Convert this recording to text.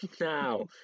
Now